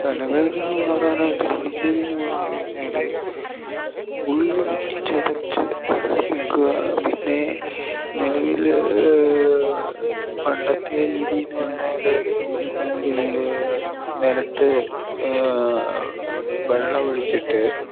തലവേദന മാറാനായിട്ട് പൊടിക്കൈന്ന് പറഞ്ഞ് കഴിഞ്ഞാൽ ഉള്ളി ചതച്ച് വെക്കുക പിന്നെ നിലവിൽ പണ്ടത്തെ രീതിന്ന് പറഞ്ഞാൽ നിലത്ത് വെള്ളം ഒഴിച്ചിട്ട്